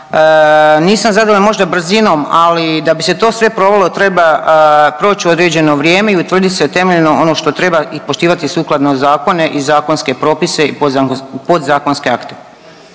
nisam zadovoljna možda brzinom, ali da bi se to sve provelo treba proći određeno vrijeme i utvrdit se temeljno ono što treba i poštivati sukladno zakone i zakonske propise i podzakonske akte.